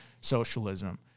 socialism